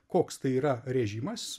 koks tai yra režimas